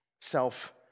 self